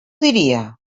diria